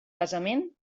casament